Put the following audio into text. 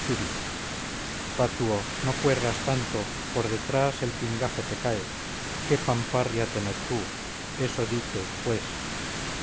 churi patuo no cuerras tanto por detrás el pingajo te cae qué pamparria tener tú eso dite pues